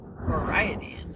variety